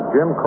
Jim